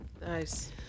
nice